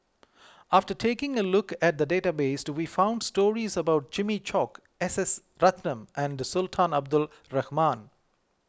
after taking a look at the database we found stories about Jimmy Chok S S Ratnam and Sultan Abdul Rahman